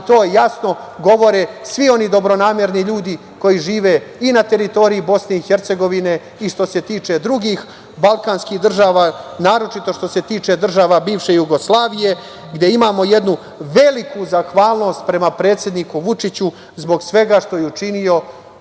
i to jasno govore svi oni dobronamerni ljudi koji žive i na teritoriji Bosne i Hercegovine, i što se tiče drugih balkanskih država, naročito što se tiče država bivše Jugoslavije gde imamo jednu veliku zahvalnost prema predsedniku Vučiću zbog svega što je učinio